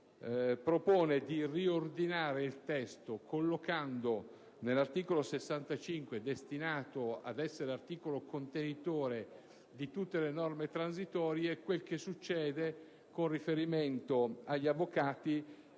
propone di riordinare il testo, collocando nell'articolo 65, destinato ad essere articolo contenitore di tutte le norme transitorie, quel che succede con riferimento agli avvocati